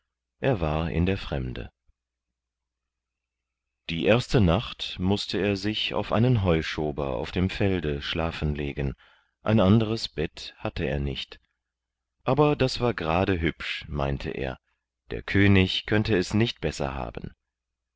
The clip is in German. er war in der fremde die erste nacht mußte er sich auf einen heuschober auf dem felde schlafen legen ein anderes bett hatte er nicht aber das war gerade hübsch meinte er der könig könnte es nicht besser haben